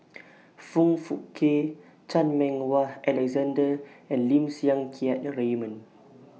Foong Fook Kay Chan Meng Wah Alexander and Lim Siang Keat Raymond